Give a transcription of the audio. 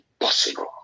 impossible